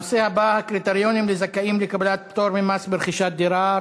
הנושא הבא: הקריטריונים לזכאים לקבלת פטור ממס ברכישת דירה,